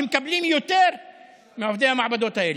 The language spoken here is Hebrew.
ששם מקבלים יותר מעובדי המעבדות האלה.